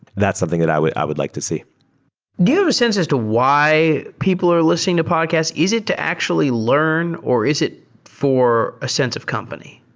that's something that i would i would like to see do you have a sense as to why people are listening to podcasts? is it to actually learn or is it for a sense of company?